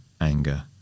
anger